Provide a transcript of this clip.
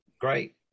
great